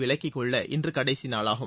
விலக்கிக்கொள்ள இன்று கடைசி நாளாகும்